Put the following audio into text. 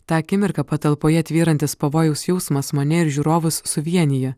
tą akimirką patalpoje tvyrantis pavojaus jausmas mane ir žiūrovus suvienija